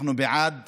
אנחנו בעד